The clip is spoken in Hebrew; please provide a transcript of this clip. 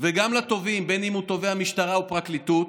וגם לתובעים, בין שהוא תובע משטרה או פרקליטות,